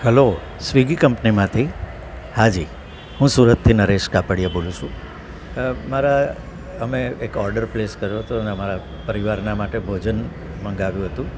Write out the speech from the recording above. hello Swiggy કંપનીમાંથી હા જી હું સુરતથી નરેશ કાપડિયા બોલું છું મારા અમે એક ઓર્ડર પ્લેસ કર્યો હતો અને મારા પરિવારના માટે ભોજન મગાવ્યું હતું